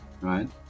right